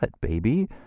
baby